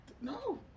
No